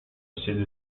sede